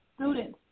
students